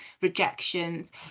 rejections